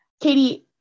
Katie